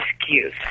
excuse